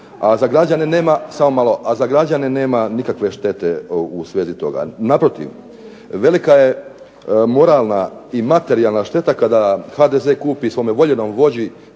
raspolagati kako on hoće, a za građane nema nikakve štete u svezi toga. Naprotiv velika je moralna i materijalna šteta kada HDZ kupi svome voljenom vođi